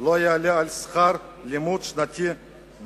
לא יעלה על שכר לימוד שנתי באוניברסיטה.